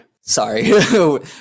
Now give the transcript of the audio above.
Sorry